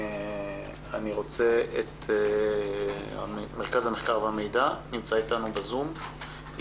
אני מבקש לשמוע את עידו ממרכז המחקר והמידע של הכנסת.